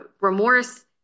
remorse